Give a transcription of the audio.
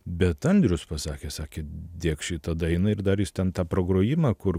bet andrius pasakė sakė dėk šitą dainą ir dar jis ten tą pragrojimą kur grojo